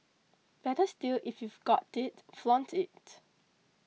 better still if we've got it flaunt it